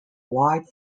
wide